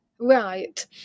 Right